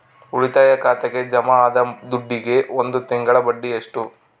ಉಳಿತಾಯ ಖಾತೆಗೆ ಜಮಾ ಆದ ದುಡ್ಡಿಗೆ ಒಂದು ತಿಂಗಳ ಬಡ್ಡಿ ಎಷ್ಟು?